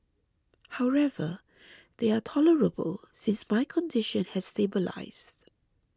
however they are tolerable since my condition has stabilised